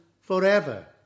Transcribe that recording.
forever